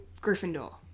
Gryffindor